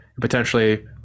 potentially